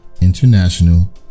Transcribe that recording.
International